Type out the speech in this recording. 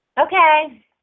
Okay